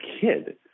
kid